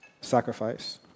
sacrifice